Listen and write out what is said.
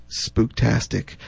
spooktastic